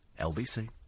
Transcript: LBC